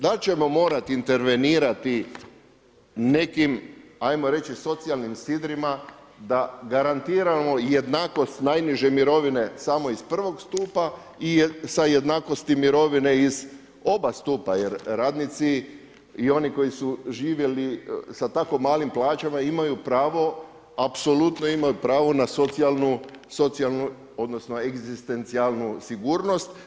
Da li ćemo morati intervenirati nekim ajmo reći socijalnim sidrima da garantiramo jednakost najniže mirovine samo iz prvog stupa i sa jednakosti mirovine iz oba stupa jer radnici i oni koji su živjeli sa tako malim plaćama imaju pravo, apsolutno imaju pravo na socijalnu odnosno egzistencijalnu sigurnost.